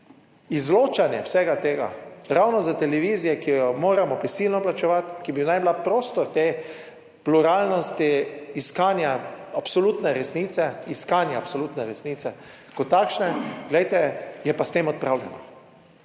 Izločanje vsega tega ravno za televizijo, ki jo moramo prisilno plačevati, ki bi naj bila prostor te pluralnosti, iskanja absolutne resnice, iskanja absolutne